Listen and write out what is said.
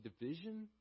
division